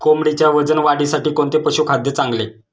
कोंबडीच्या वजन वाढीसाठी कोणते पशुखाद्य चांगले?